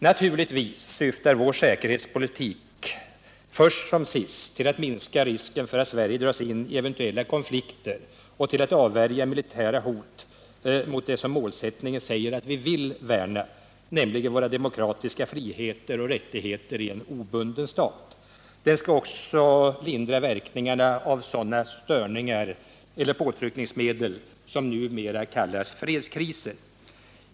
Naturligtvis syftar vår säkerhetspolitik först som sist till att minska risken för att Sverige dras in i eventuella konflikter och till att avvärja militära hot mot det som målsättningen säger att vi vill värna, nämligen våra demokratiska friheter och rättigheter i en obunden stat. Den skall också lindra verkningarna av sådana störningar eller påtryckningsmedel som numera kallas fredskriser.